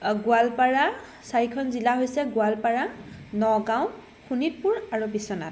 গোৱালপাৰা চাৰিখন জিলা হৈছে গোৱালপাৰা নগাঁও শোণিতপুৰ আৰু বিশ্বনাথ